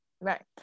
Right